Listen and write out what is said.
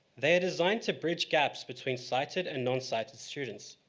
they are designed to bridge gaps between sighted and non-sighted students.